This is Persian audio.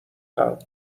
خلق